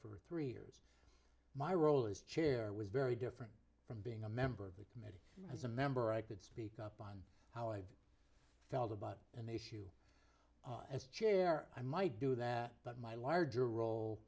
for three years my role is chair was very different from being a member of the committee as a member i could speak up on how i felt about an issue as chair i might do that but my larger role